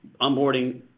onboarding